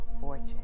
fortune